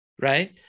right